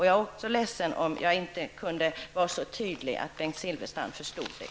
Jag är ledsen om jag inte var så tydlig att Bengt Silfverstrand förstod det.